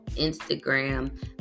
Instagram